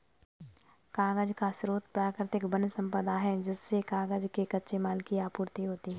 कागज का स्रोत प्राकृतिक वन सम्पदा है जिससे कागज के कच्चे माल की आपूर्ति होती है